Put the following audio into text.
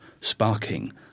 sparking